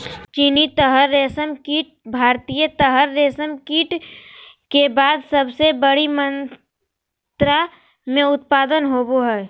चीनी तसर रेशमकीट भारतीय तसर रेशमकीट के बाद सबसे बड़ी मात्रा मे उत्पादन होबो हइ